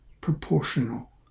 proportional